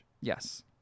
Yes